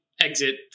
exit